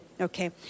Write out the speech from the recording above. Okay